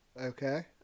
okay